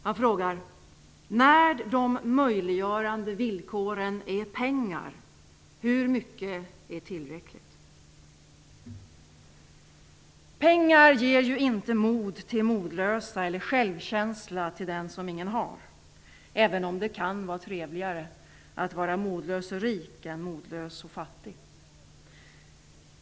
Han frågar: När de möjliggörande villkoren är pengar, hur mycket är tillräckligt? Pengar ger ju inte mod till modlösa eller självkänsla till den som ingen har, även om det kan vara trevligare att vara modlös och rik än att vara modlös och fattig.